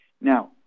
Now